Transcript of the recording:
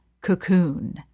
Cocoon